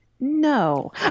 No